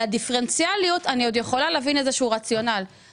אני יכולה להבין איזה שהוא רציונל לגבי הדיפרנציאליות;